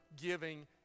giving